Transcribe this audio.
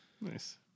Nice